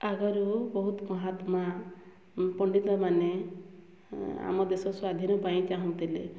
ଆଗରୁ ବହୁତ ମହାତ୍ମା ପଣ୍ଡିତ ମାନେ ଆମ ଦେଶ ସ୍ୱାଧୀନ ପାଇଁ ଚାହୁଁଥିଲେ